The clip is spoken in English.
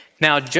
Now